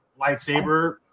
lightsaber